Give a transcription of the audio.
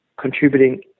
contributing